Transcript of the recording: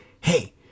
hey